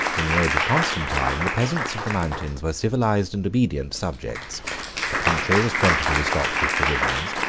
in the age of constantine, the peasants of the mountains were civilized and obedient subjects the country was plentifully stocked with provisions,